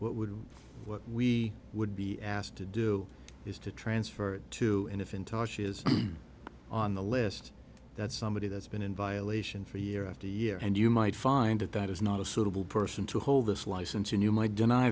what would what we would be asked to do is to transfer it to and if in touch is on the list that's somebody that's been in violation for year after year and you might find that that is not a suitable person to hold this license and you might deny